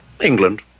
England